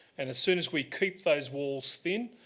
and as soon as we keep those walls thin,